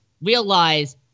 realize